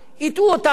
הטעו אותנו אז,